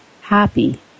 happy